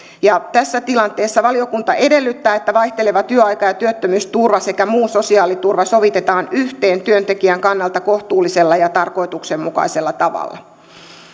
tässä tilanteessa valiokunta edellyttää että vaihteleva työaika ja työttömyysturva sekä muu sosiaaliturva sovitetaan yhteen työntekijän kannalta kohtuullisella ja tarkoituksenmukaisella tavalla